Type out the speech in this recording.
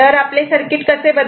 आपले सर्किट कसे बदलते